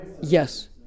Yes